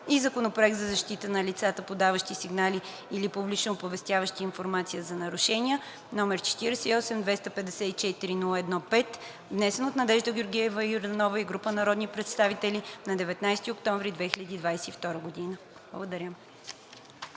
и Законопроект за защита на лицата, подаващи сигнали или публично оповестяващи информация за нарушения, № 48-254-01-5, внесен от Надежда Георгиева Йорданова и група народни представители на 19 октомври 2022 г.“ Благодаря.